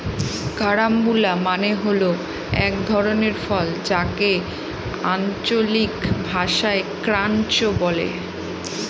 carambola মানে হল এক ধরনের ফল যাকে আঞ্চলিক ভাষায় ক্রাঞ্চ বলে